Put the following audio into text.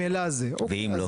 ואם לא?